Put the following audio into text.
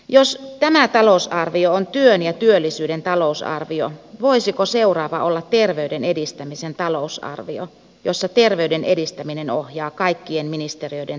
jos tämä talousarvio on työn ja työllisyyden talousarvio voisiko seuraava olla ter veyden edistämisen talousarvio jossa terveyden edistäminen ohjaa kaikkien ministeriöiden talousarvion laadintaa